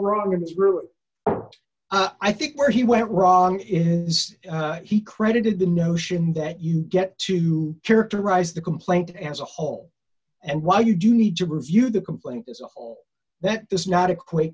wrong and it's really i think where he went wrong is he credited the notion that you get to characterize the complaint as a whole and why did you need to review the complaint is all that does not equate